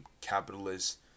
capitalist